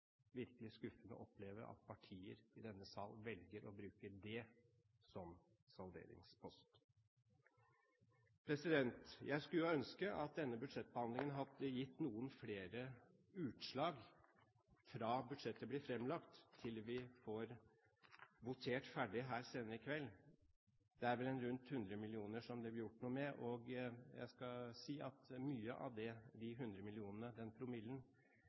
virkelig skuffende å oppleve at partier i denne sal velger å bruke det som salderingspost. Jeg skulle ønske at denne budsjettbehandlingen hadde gitt noen flere utslag – fra budsjettet ble fremlagt til vi får votert ferdig her senere, i kveld. Det er vel rundt 100 mill. kr som det blir gjort noe med. Og mye av det som endres på – den promillen